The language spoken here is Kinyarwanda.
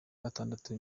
gatandatu